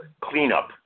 cleanup